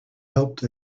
helped